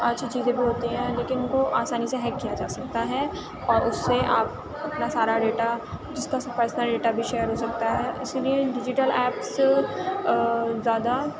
اچھی چیزیں بھی ہوتی ہیں لیکن ان کو آسانی سے ہیک کیا جا سکتا ہے اور اس سے آپ اپںا سارا ڈیٹا اس کا پرسنل ڈیٹا بھی شیئر ہو سکتا ہے اسی لیے ان ڈیجیٹل ایپس زیادہ